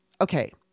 Okay